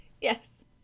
Yes